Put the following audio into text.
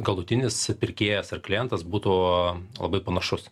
galutinis pirkėjas ar klientas būtų labai panašus